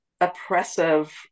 oppressive